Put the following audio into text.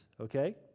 okay